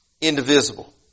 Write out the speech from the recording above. indivisible